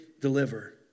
deliver